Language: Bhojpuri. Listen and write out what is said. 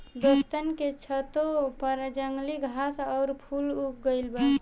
दोस्तन के छतों पर जंगली घास आउर फूल उग गइल बा